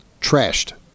trashed